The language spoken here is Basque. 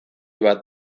bat